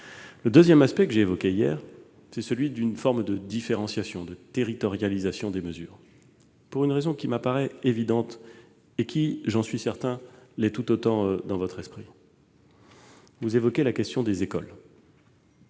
Le deuxième aspect que j'ai évoqué est celui de la différenciation, de la territorialisation des mesures. Celle-ci se justifie par une raison qui me paraît évidente et qui, j'en suis certain, l'est tout autant dans votre esprit. Vous évoquez la question des écoles.